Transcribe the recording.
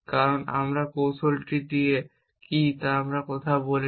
কারণ আমরা কৌশলটি কী তা নিয়ে কথা বলিনি